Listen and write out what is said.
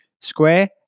square